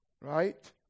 Right